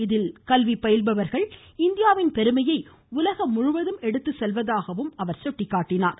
இதில் கல்வி பயில்பவர்கள் இந்தியாவின் பெருமையை உலகம் முழுவதும் எடுத்துச்செல்வதாக கூறினார்